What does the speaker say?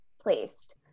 placed